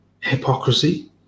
hypocrisy